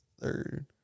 third